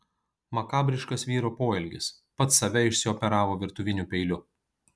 makabriškas vyro poelgis pats save išsioperavo virtuviniu peiliu